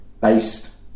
based